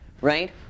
right